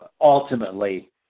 ultimately